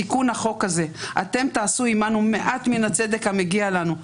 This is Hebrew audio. בתיקון החוק הזה אתם תעשו עמנו מעט מן הצדק המגיע לנו.